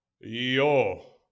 Yo